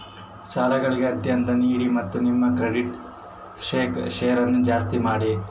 ಸಾಲಗಳಿಗೆ ಆದ್ಯತೆ ನೀಡಿ ಮತ್ತು ನಿಮ್ಮ ಕ್ರೆಡಿಟ್ ಸ್ಕೋರನ್ನು ಜಾಸ್ತಿ ಮಾಡಿ